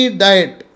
diet